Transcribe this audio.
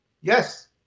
Yes